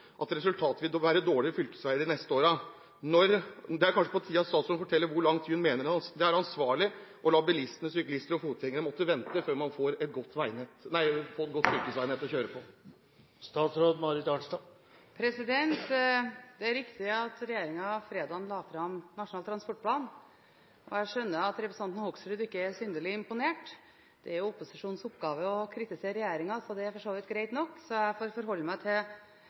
at resultatet vil være dårlige fylkesveier de neste årene. Det er kanskje på tide at statsråden forteller hvor lang tid hun mener det er ansvarlig å la bilister, syklister og fotgjengere vente før man får et godt fylkesveinett å kjøre på. Det er riktig at regjeringen fredag la fram Nasjonal transportplan. Jeg skjønner at representanten Hoksrud ikke er synderlig imponert. Det er opposisjonens oppgave å kritisere regjeringen, så det er for så vidt greit nok. Jeg får forholde meg